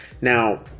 Now